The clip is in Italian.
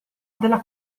della